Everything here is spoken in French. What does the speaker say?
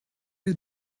est